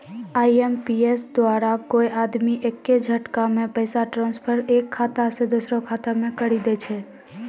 IMPS द्वारा कोय आदमी एक्के झटकामे पैसा ट्रांसफर एक खाता से दुसरो खाता मे करी दै छै